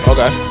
Okay